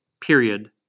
period